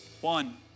One